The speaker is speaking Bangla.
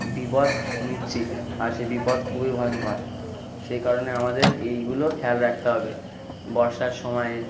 বিপদ নিশ্চিত আর সে বিপদ খুবই ভয়ঙ্কর সেই কারণে আমাদের এইগুলো খেয়াল রাখতে হবে বর্ষার সময়ে